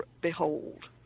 behold